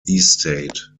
estate